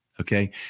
okay